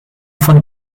von